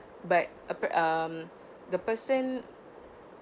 but appa~ um the person